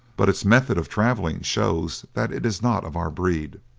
but its method of traveling shows that it is not of our breed.